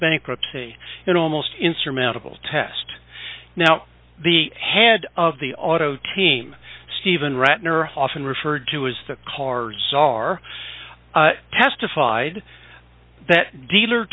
bankruptcy in almost insurmountable test now the head of the auto team steven rattner often referred to as the cars are testified that dealer